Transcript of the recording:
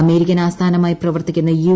American ആസ്ഥാനമായി പ്രവർത്തിക്കുന്ന U